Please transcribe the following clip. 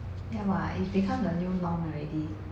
ya [what] it becomes a new law already